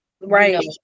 Right